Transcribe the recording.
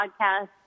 podcast